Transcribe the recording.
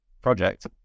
project